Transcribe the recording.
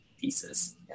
pieces